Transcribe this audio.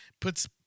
puts